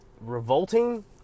revolting